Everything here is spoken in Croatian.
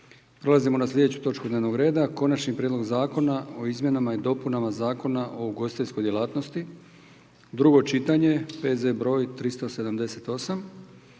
Prelazimo na slijedeću točku dnevnog reda: - Konačni prijedlog zakona o izmjenama i dopunama Zakona o ugostiteljskoj djelatnosti, drugo čitanje, P.Z. br. 378